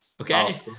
okay